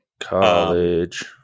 college